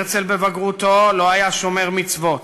הרצל בבגרותו לא היה שומר מצוות,